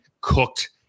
cooked